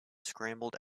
scrambled